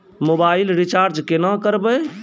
Mobile recharge केना करबै?